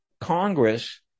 Congress